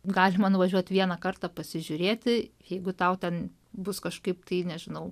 galima nuvažiuot vieną kartą pasižiūrėti jeigu tau ten bus kažkaip tai nežinau